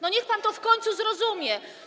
Niech pan to w końcu zrozumie.